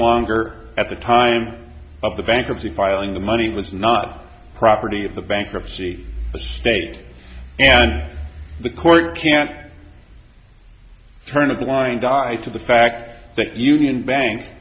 longer at the time of the bankruptcy filing the money was not property of the bankruptcy the state and the court can't turn a blind eye to the fact that union bank